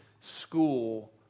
school